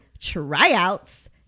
tryouts